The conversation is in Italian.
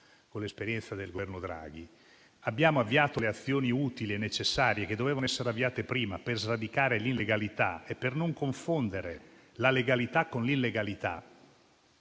l'esperienza del Governo Draghi - abbiamo avviato le azioni utili e necessarie, che dovevano essere avviate prima, per sradicare l'illegalità e per non confondere la legalità con l'illegalità,